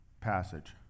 passage